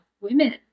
women